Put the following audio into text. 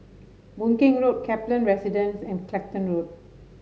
Boon Keng Road Kaplan Residence and Clacton Road